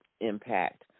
impact